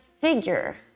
figure